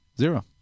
Zero